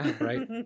right